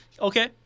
Okay